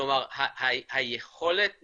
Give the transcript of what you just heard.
כלומר היכולת נמצאת,